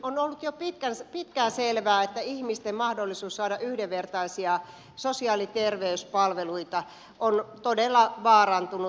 on ollut jo pitkään selvää että ihmisten mahdollisuus saada yhdenvertaisia sosiaali ja terveyspalveluita on todella vaarantunut